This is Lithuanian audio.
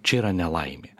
čia yra nelaimė